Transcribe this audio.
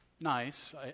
Nice